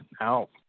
out